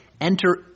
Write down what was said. enter